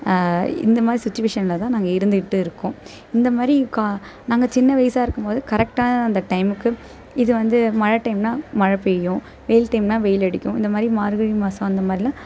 இந்த மாதிரி சுச்சுவேஸனில் தான் நாங்கள் இருந்துவிட்டு இருக்கோம் இந்த மாதிரி கா நாங்கள் சின்ன வயதா இருக்கும் போது கரெக்டா அந்த டைமுக்கு இது வந்து மழை டைம்னால் மழை பெய்யும் வெயில் டைம்னால் வெயில் அடிக்கும் இந்த மாதிரி மார்கழி மாதம் அந்த மாதிரிலாம்